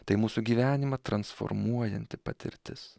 tai mūsų gyvenimą transformuojanti patirtis